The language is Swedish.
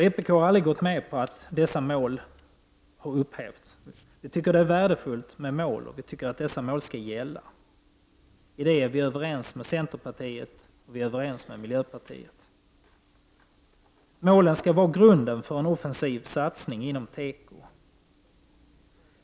Vpk har aldrig gått med på att dessa mål upphävts. Vi tycker att det är värdefullt med mål, och vi tycker att dessa mål skall gälla. I detta är vi överens med centerpartiet och miljöpartiet. Målen skall vara grunden för en offensiv satsning inom teko.